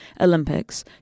Olympics